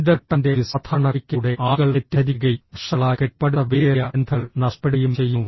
send ബട്ടണിൻറെ ഒരു സാധാരണ ക്ലിക്കിലൂടെ ആളുകൾ തെറ്റിദ്ധരിക്കുകയും വർഷങ്ങളായി കെട്ടിപ്പടുത്ത വിലയേറിയ ബന്ധങ്ങൾ നഷ്ടപ്പെടുകയും ചെയ്യുന്നു